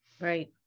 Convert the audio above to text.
Right